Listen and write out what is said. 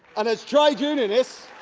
and as trade unionists,